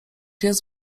jest